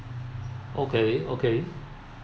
okay okay